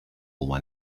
when